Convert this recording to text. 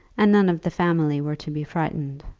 and none of the family were to be frightened.